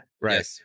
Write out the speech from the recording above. Right